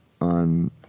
on